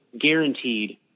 guaranteed